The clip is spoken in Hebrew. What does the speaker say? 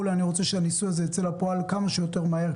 אני רוצה שהניסוי הזה ייצא לפועל כמה שיותר מהר,